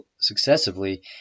successively